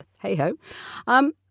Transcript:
hey-ho